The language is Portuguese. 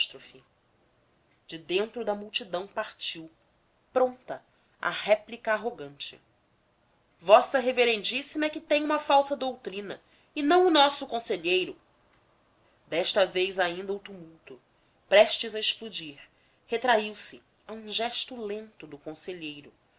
de dentro da multidão partiu pronta a réplica arrogante v revma é que tem uma falsa doutrina e não o nosso conselheiro desta vez ainda o tumulto prestes a explodir retraiu se a um gesto lento do conselheiro